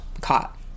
caught